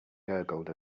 gurgled